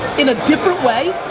in a different way,